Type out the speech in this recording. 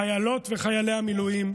חיילות וחיילי המילואים,